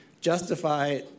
justify